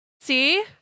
See